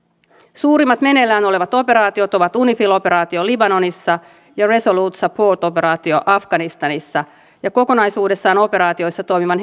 suurimmat meneillään olevat operaatiot ovat unifil operaatio libanonissa ja resolute support operaatio afganistanissa ja kokonaisuudessaan operaatioissa toimivan